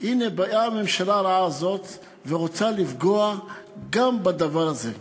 הנה באה הממשלה הרעה הזאת ורוצה לפגוע גם בדבר הזה.